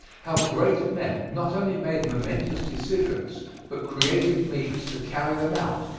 how great men not only made momentous decisions but created means to carry them out.